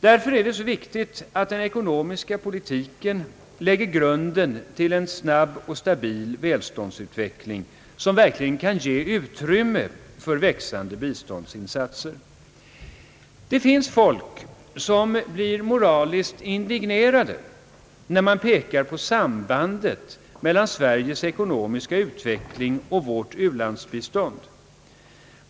Därför är det så viktigt att den ekonomiska politiken lägger grunden till en snabb och stabil välståndsutveckling, som verkligen kan ge utrymme för växande biståndsinsatser. Det finns folk som blir moraliskt indignerade när man framhåller sambandet mellan Sveriges ekonomiska utveckling och vårt u-landsbistånd.